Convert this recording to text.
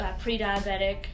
pre-diabetic